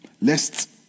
lest